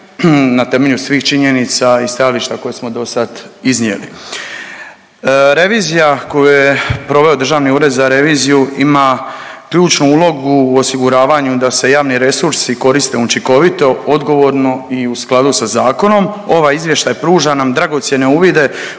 na temelju svih činjenica i stajališta koje smo do sad iznijeli. Revizija koju je proveo Državni ured za reviziju ima ključnu ulogu u osiguravanju da se javni resursi koriste učinkovito, odgovorno i u skladu sa zakonom. Ovaj izvještaj pruža nam dragocjene uvide